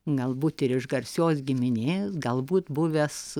galbūt ir iš garsios giminės galbūt buvęs